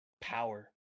power